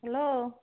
hello